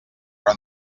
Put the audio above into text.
però